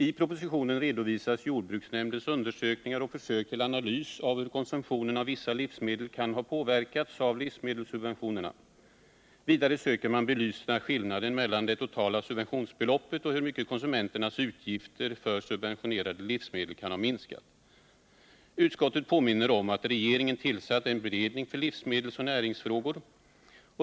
I propositionen redovisas jordbruksnämndens undersökningar och försök till analys av hur konsumtionen av vissa livsmedel kan ha påverkats av livsmedelssubventionerna. Vidare söker man belysa skillnaden mellan det totala subventionsbeloppet och hur mycket konsumenternas utgifter för subventionerade livsmedel kan ha minskat. Utskottet påminner om att regeringen tillsatt en beredning för livsmedelsoch näringsfrågor.